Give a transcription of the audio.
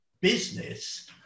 business